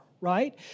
Right